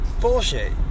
Bullshit